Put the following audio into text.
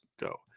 go